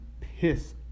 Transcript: piss